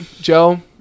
Joe